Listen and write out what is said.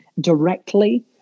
directly